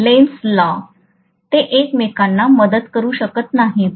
लेन्झचा कायदा ते एकमेकांना मदत करू शकत नाहीत